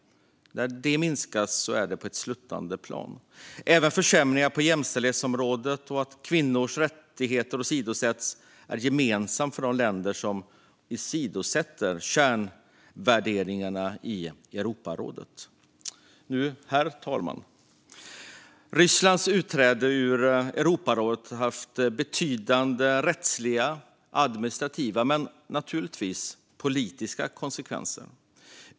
När detta minskas befinner man sig på ett sluttande plan. Även försämringar på jämställdhetsområdet och att kvinnors rättigheter åsidosätts är gemensamt för de länder som åsidosätter kärnvärderingarna i Europarådet. Herr talman! Rysslands utträde ur Europarådet har haft betydande rättsliga, administrativa och naturligtvis också politiska konsekvenser.